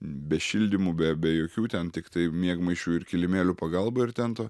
be šildymų be be jokių ten tiktai miegmaišių ir kilimėlių pagalba ir tento